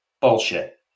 bullshit